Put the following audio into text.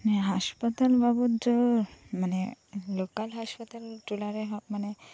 ᱦᱮᱸ ᱦᱟᱸᱥᱯᱟᱛᱟᱞ ᱵᱟᱵᱚᱛ ᱫᱚ ᱢᱟᱱᱮ ᱞᱳᱠᱟᱞ ᱦᱟᱸᱥᱯᱟᱛᱟᱞ ᱴᱚᱞᱟ ᱨᱮᱦᱚᱸ ᱢᱟᱱᱮ